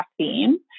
caffeine